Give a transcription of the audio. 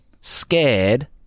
Scared